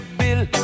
bill